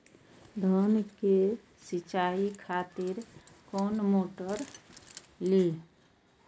धान के सीचाई खातिर कोन मोटर ली?